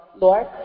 Lord